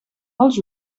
els